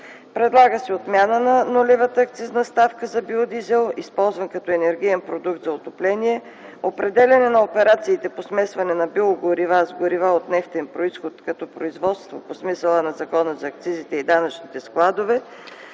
Предлага се отмяна на нулевата акцизна ставка за биодизел, използван като енергиен продукт за отопление, определяне на операциите по смесване на биогорива с горива от нефтен произход като производство по смисъла на Закона за акцизите и данъчните складове